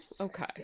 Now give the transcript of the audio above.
okay